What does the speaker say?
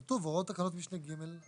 כתוב, הוראות תקנות משנה ג'.